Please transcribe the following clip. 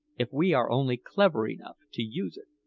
if we are only clever enough to use it.